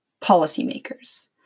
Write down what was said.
policymakers